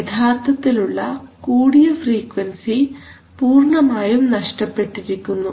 യഥാർത്ഥത്തിലുള്ള കൂടിയ ഫ്രീക്വൻസി പൂർണമായും നഷ്ടപ്പെട്ടിരിക്കുന്നു